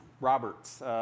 Roberts